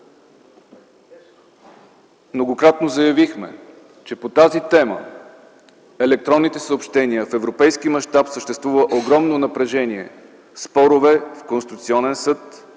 Многократно заявихме, че по тази тема - електронните съобщения, в европейски мащаб съществува огромно напрежение, спорове, Конституционен съд.